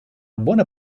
buona